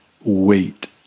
wait